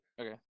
Okay